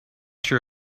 sure